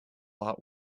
lot